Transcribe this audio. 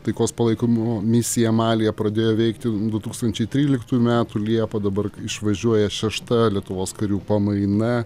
taikos palaikymo misija malyje pradėjo veikti du tūkstančiai tryliktųjų metų liepą dabar išvažiuoja šešta lietuvos karių pamaina